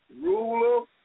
ruler